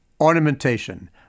ornamentation